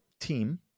team